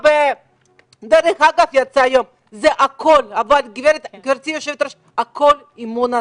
גברתי, היושבת-ראש, הכול אמון הציבור.